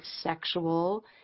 sexual